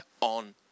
on